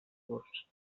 curs